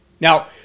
Now